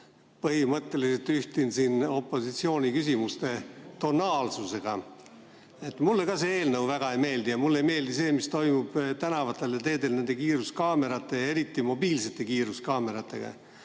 põhimõtteliselt ühinen opositsiooni küsimuste tonaalsusega. Mulle ka see eelnõu väga ei meeldi ja mulle ei meeldi see, mis toimub tänavatel ja teedel nende kiiruskaamerate ja eriti mobiilsete kiiruskaameratega.